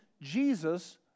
Jesus